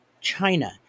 China